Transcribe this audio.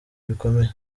bikomeye